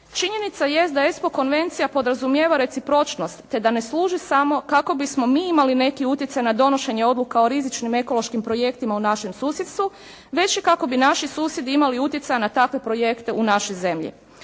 činjenica jest da Espo konvencija podrazumijeva recipročnost te da ne služi samo kako bismo mi imali neki utjecaj na donošenje odluka o rizičnim ekološkim projektima u našem susjedstvu već i kako bi naši susjedi imali utjecaja na takve projekte u našoj zemlji.